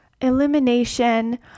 elimination